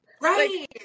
Right